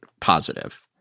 positive